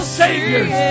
saviors